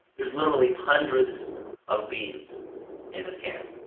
there's literally hundreds of beans in this can.